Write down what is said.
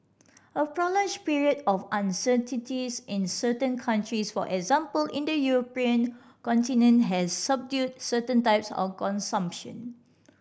a prolonged period of uncertainties in certain countries for example in the European continent has subdued certain types of consumption